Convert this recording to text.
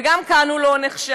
וגם כאן הוא לא נחשב,